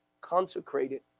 consecrated